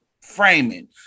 framing